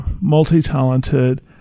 multi-talented